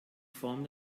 form